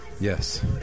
Yes